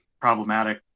problematic